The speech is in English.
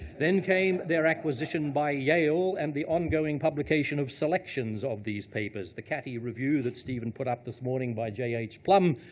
then came their acquisition by yale and the ongoing publication of selections of these papers. the catty review that stephen put up this morning, by j h. plumb,